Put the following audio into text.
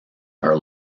are